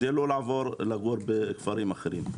כדי לא לעבור לגור בכפרים אחרים.